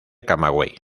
camagüey